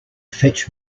fetch